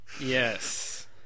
Yes